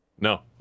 No